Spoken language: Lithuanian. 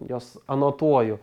juos anotuoju